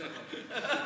טוב,